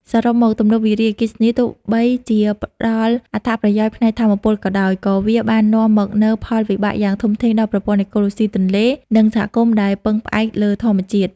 សរុបមក ទំនប់វារីអគ្គិសនី ទោះបីជាផ្តល់អត្ថប្រយោជន៍ផ្នែកថាមពលក៏ដោយ ក៏វាបាននាំមកនូវផលវិបាកយ៉ាងធំធេងដល់ប្រព័ន្ធអេកូឡូស៊ីទន្លេ និងសហគមន៍ដែលពឹងផ្អែកលើធម្មជាតិ។